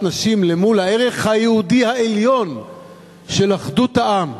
נשים אל מול הערך היהודי העליון של אחדות העם,